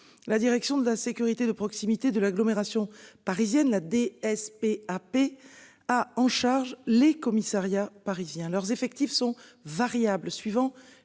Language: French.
La direction de la sécurité de proximité de l'agglomération parisienne la DSP AP a en charge les commissariats parisiens leurs effectifs sont variables suivant